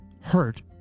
hurt